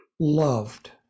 loved